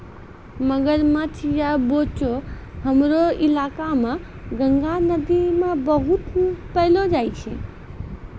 मगरमच्छ या बोचो हमरो इलाका मॅ गंगा नदी मॅ बहुत पैलो जाय छै